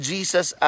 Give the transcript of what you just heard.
Jesus